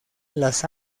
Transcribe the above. las